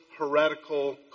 heretical